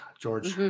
George